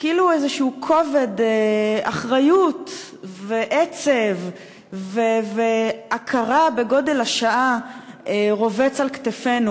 כאילו איזשהו כובד של אחריות ועצב והכרה בגודל השעה רובץ על כתפינו.